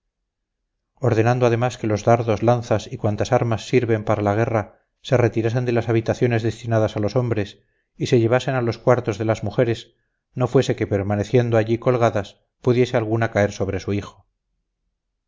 ordenando además que los dardos lanzas y cuantas armas sirven para la guerra se retirasen de las habitaciones destinadas a los hombres y se llevasen a los cuartos de las mujeres no fuese que permaneciendo allí colgadas pudiese alguna caer sobre su hijo